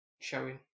showing